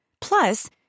plus